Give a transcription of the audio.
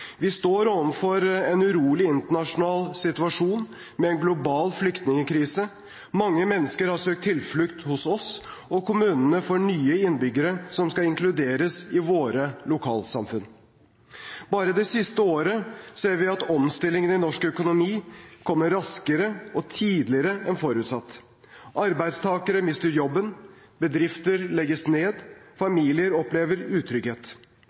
Vi står overfor en urolig internasjonal situasjon med en global flyktningkrise. Mange mennesker har søkt tilflukt hos oss, og kommunene får nye innbyggere som skal inkluderes i våre lokalsamfunn. Bare det siste året ser vi at omstillingen av norsk økonomi kommer raskere og tidligere enn forutsatt. Arbeidstakere mister jobben. Bedrifter legges ned. Familier opplever utrygghet.